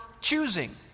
choosing